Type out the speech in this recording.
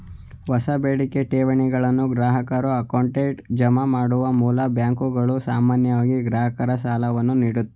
ಹೊಸ ಬೇಡಿಕೆ ಠೇವಣಿಗಳನ್ನು ಗ್ರಾಹಕರ ಅಕೌಂಟ್ಗೆ ಜಮಾ ಮಾಡುವ ಮೂಲ್ ಬ್ಯಾಂಕ್ಗಳು ಸಾಮಾನ್ಯವಾಗಿ ಗ್ರಾಹಕರಿಗೆ ಸಾಲವನ್ನು ನೀಡುತ್ತೆ